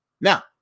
Now